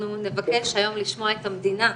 אנחנו נבקש היום לשמוע את המדינה,